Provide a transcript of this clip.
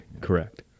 Correct